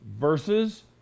versus